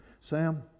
Sam